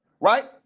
Right